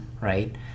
right